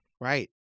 Right